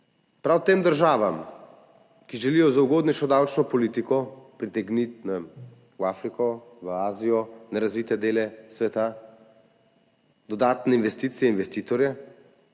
Prav tem državam, ki želijo z ugodnejšo davčno politiko pritegniti, ne vem, v Afriko, v Azijo, nerazvite dele sveta, dodatne investicije, investitorje